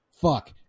fuck